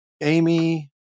Amy